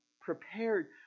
prepared